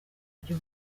byo